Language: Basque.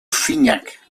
finak